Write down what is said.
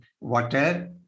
water